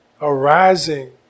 arising